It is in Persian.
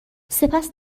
سپس